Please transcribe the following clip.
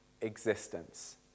existence